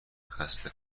خسته